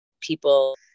people